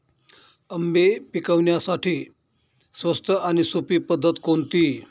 आंबे पिकवण्यासाठी स्वस्त आणि सोपी पद्धत कोणती?